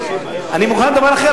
אני מוכן לדבר אחר,